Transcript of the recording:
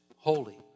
Holy